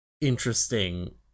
interesting